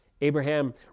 Abraham